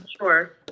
sure